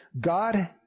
God